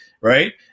right